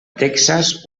texas